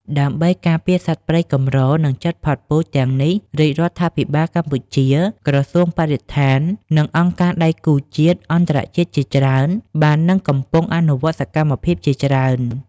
ដើម្បីការពារសត្វព្រៃកម្រ និងជិតផុតពូជទាំងនេះ រាជរដ្ឋាភិបាលកម្ពុជា ក្រសួងបរិស្ថាន និងអង្គការដៃគូជាតិ-អន្តរជាតិជាច្រើន បាននិងកំពុងអនុវត្តសកម្មភាពជាច្រើន។